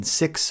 six